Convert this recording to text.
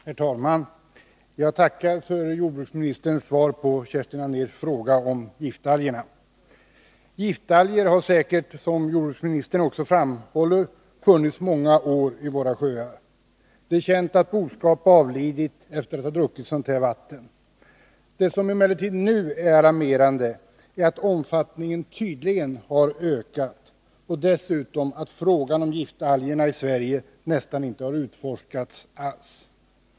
Herr talman! Jag tackar för jordbruksministerns svar på Kerstin Anérs fråga om giftalger. Giftalger har säkert, som jordbruksministern också framhåller, funnits i många år i våra sjöar. Det är känt att boskap avlidit efter att ha druckit sådant här vatten. Det som emellertid nu är alarmerande är att omfattningen tydligen har ökat och dessutom att frågan om giftalgerna i Sverige nästan inte har utforskats alls.